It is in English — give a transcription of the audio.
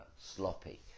sloppy